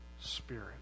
Spirit